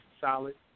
solid